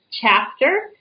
chapter